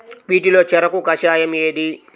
వీటిలో చెరకు కషాయం ఏది?